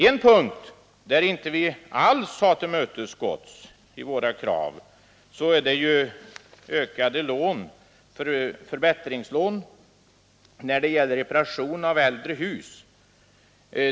En punkt där vi inte alls fått våra krav tillgodosedda gäller ökade lån för reparation och förbättring av äldre hus.